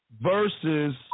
versus